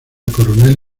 coronel